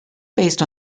based